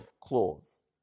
clause